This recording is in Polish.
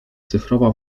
cyfrowa